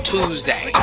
Tuesday